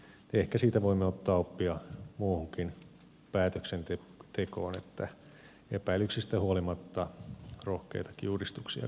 ehkä voimme ottaa oppia muuhunkin päätöksentekoon siitä että epäilyksistä huolimatta rohkeitakin uudistuksia kannattaa tehdä